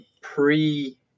pre